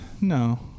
No